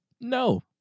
No